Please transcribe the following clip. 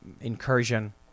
incursion